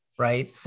Right